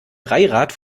dreirad